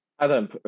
Adam